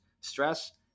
stress